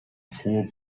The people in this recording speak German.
frohe